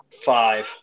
five